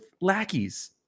lackeys